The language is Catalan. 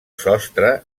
sostre